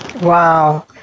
Wow